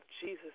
Jesus